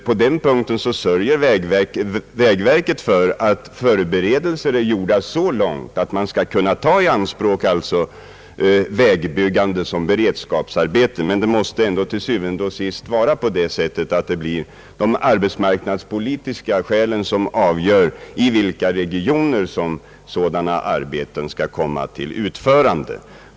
På den punkten sörjer vägverket för att förberedelser är gjorda så långt, att man skall kunna ta i anspråk vägbyggande som beredskapsarbete. Men det måste ändå til syvende og sidst vara de arbetsmarknadspolitiska skälen som är avgörande för i vilka regioner sådana arbeten skall utföras.